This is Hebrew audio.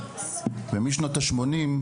ומשנות ה-80,